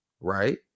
right